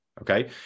okay